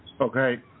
okay